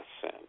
sin